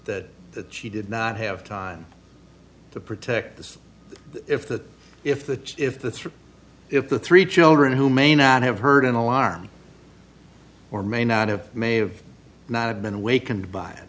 that that she did not have time to protect this if that if the if the three if the three children who may not have heard an alarm or may not have may have not been awakened by